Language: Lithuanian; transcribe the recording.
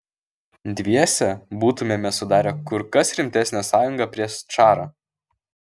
dviese būtumėme sudarę kur kas rimtesnę sąjungą prieš čarą